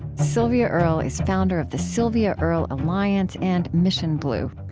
sylvia earle is founder of the sylvia earle alliance and mission blue.